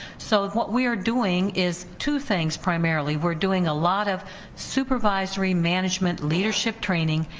so what we are doing is two things, primarily we're doing a lot of supervisory management leadership training,